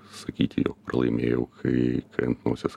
sakyti jog pralaimėjau kai kai ant nosies